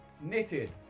knitted